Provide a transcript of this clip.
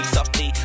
Softly